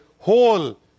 Whole